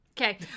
Okay